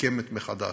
מוקמת מחדש,